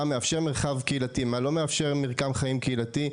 מה מאפשר מרחב קהילתי ומה לא מאפשר מרקם חיים קהילתי,